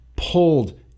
pulled